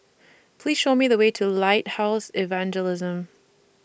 Please Show Me The Way to Lighthouse Evangelism